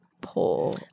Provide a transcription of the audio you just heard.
poor